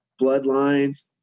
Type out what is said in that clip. bloodlines